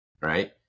Right